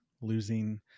losing